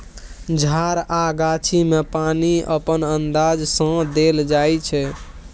झार आ गाछी मे पानि अपन अंदाज सँ देल जाइ छै